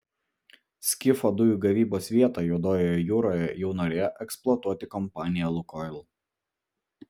skifo dujų gavybos vietą juodojoje jūroje jau norėjo eksploatuoti kompanija lukoil